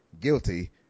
guilty